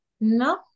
no